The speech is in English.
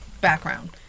background